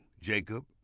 jacob